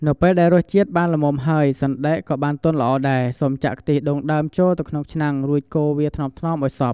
នៅពេលដែលរសជាតិបានល្មមហើយ សណ្ដែកក៏បានទន់ល្អដែរ សូមចាក់ ខ្ទិះដូងដើមចូលទៅក្នុងឆ្នាំង រួចកូរវាថ្នមៗឱ្យសព្វ។